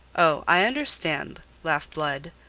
oh, i understand, laughed blood.